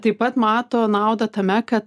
taip pat mato naudą tame kad